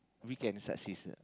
we can successor